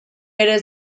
ere